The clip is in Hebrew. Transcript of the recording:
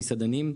המסעדנים,